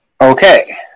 Okay